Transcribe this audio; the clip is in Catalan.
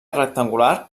rectangular